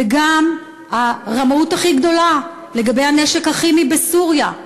וגם הרמאות הכי גדולה, לגבי הנשק הכימי בסוריה.